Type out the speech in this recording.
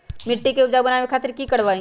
मिट्टी के उपजाऊ बनावे खातिर की करवाई?